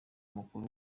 mukuru